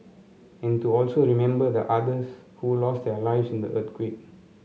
and to also remember the others who lost their lives in the earthquake